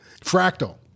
fractal